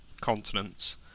continents